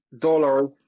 dollars